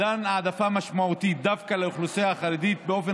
מתן העדפה משמעותית דווקא לאוכלוסיית החרדים באופן